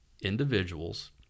individuals